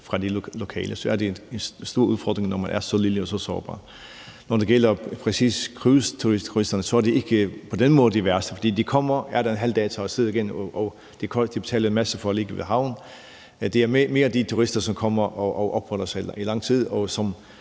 fra de lokale, så er det en stor udfordring, når man er så lille og så sårbar. Når det gælder præcis cruise-turisterne, er de ikke på den måde de værste, fordi de kommer, er der en halv dag og tager af sted igen. Og de betaler en masse for at ligge i havn. Det er mere de turister, som kommer og opholder sig i lang tid, og som